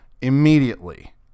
Immediately